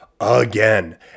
again